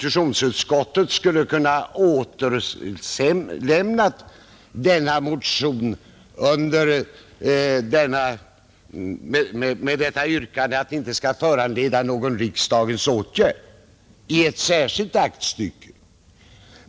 Utskottet kunde ha återlämnat motionerna med yrkande, att de inte skall föranleda någon åtgärd, i ett särskilt aktstycke.